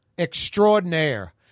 Extraordinaire